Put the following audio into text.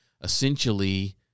essentially –